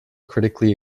critically